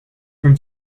from